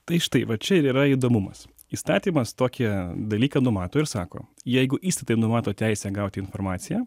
tai štai va čia ir yra įdomumas įstatymas tokį dalyką numato ir sako jeigu įstatai numato teisę gauti informaciją